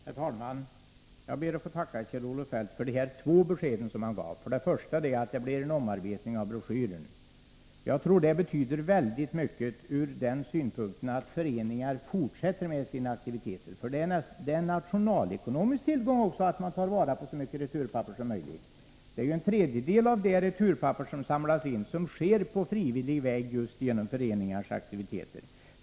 Herr talman! Jag ber att få tacka Kjell-Olof Feldt för dessa två besked som han gav. Det är bra att det blir en omarbetning av broschyren. Jag tror att det betyder väldigt mycket ur den synpunkten att föreningar fortsätter med sina aktiviteter. Det är ju en nationalekonomisk tillgång att man tar vara på så mycket returpapper som möjligt. Till en tredjedel sker ju insamlingen av returpapper på frivillig väg just genom föreningars aktiviteter.